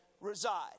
reside